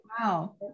wow